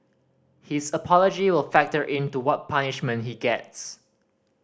his apology will factor in to what punishment he gets